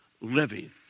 living